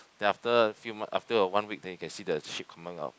then after few month after a one week then you can see the shape coming out